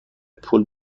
پول